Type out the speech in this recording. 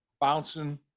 bouncing